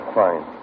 fine